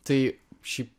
tai šiaip